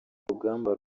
rugamba